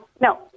no